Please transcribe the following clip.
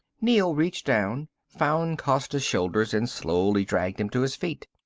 neel reached down, found costa's shoulders and slowly dragged him to his feet.